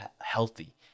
healthy